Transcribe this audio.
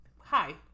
Hi